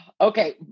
Okay